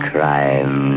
Crime